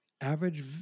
average